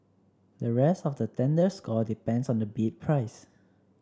the rest of the tender score depends on the bid price